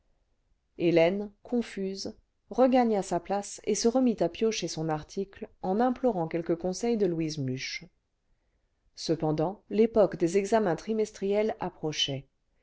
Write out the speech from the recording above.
hélène confuse regagna sa place et se remit à piocher son article en implorant quelques conseils de louise muche cependant l'époque des examens trimestriels approchait